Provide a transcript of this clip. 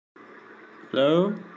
Hello